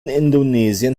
indonesien